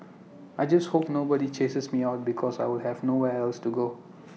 I just hope nobody chases me out because I will have nowhere else to go